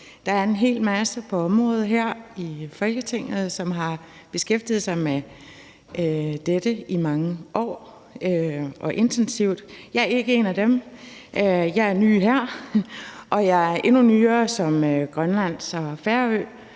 der er en hel masse i Folketinget, som har beskæftiget sig med dette område i mange år, også intensivt. Jeg er ikke en af dem, jeg er ny her, og jeg er endnu nyere som grønlands- og